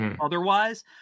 Otherwise